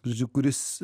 žodžiu kuris